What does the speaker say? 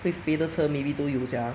会飞的车 maybe 都有 sia